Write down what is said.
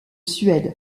suède